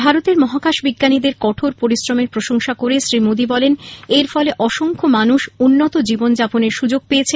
ভারতের মহাকাশ বিজ্ঞানীদের কঠোর পরিশ্রমের প্রশংসা করে শ্রী মোদি বলেন এর ফলে অসংখ্য মানুষ উন্নত জীবন যাপনের সুযোগ পেয়েছেন